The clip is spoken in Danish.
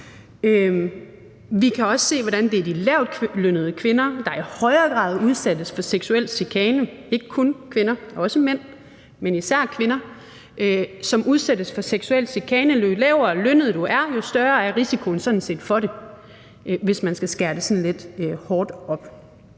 Vi kan også se, hvordan det er de lavtlønnede kvinder, der i højere grad udsættes for seksuel chikane. Det er ikke kun kvinder, også mænd, men især kvinder, som udsættes for seksuel chikane. Jo lavere lønnet du er, jo større er risikoen sådan set for det, hvis man skal sætte det sådan lidt hårdt op.